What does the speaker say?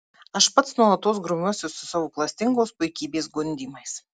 aš pats nuolatos grumiuosi su savo klastingos puikybės gundymais